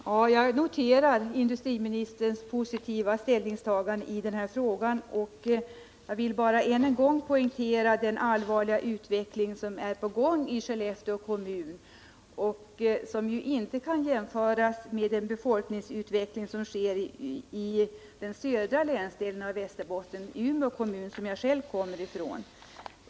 Herr talman! Jag noterar industriministerns positiva ställningstagande i denna fråga. Jag vill bara än en gång poängtera den allvarliga utveckling som pågår i Skellefteå kommun och som inte kan jämföras med befolkningsutvecklingen i den södra länsdelen av Västerbotten, dvs. Umeå kommun som jag själv kommer ifrån.